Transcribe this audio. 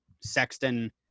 Sexton